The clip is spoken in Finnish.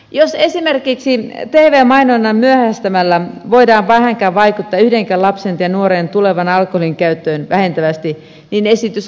jos esimerkiksi tv mainontaa myöhäistämällä voidaan vähänkään vaikuttaa yhdenkään lapsen tai nuoren tulevaan alkoholinkäyttöön vähentävästi niin esitys on paikallaan